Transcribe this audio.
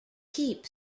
keep